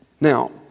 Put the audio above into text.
Now